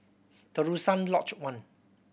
Terusan Lodge One